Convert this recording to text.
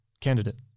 Candidate